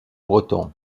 breton